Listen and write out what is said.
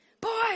Boy